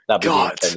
God